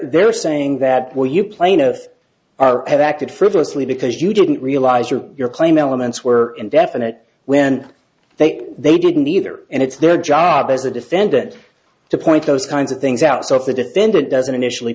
they're saying that were you plain of are have acted frivolously because you didn't realize or your claim elements were indefinite when they they didn't either and it's their job as a defendant to point those kinds of things out so if the defendant doesn't initially